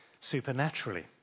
supernaturally